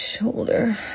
shoulder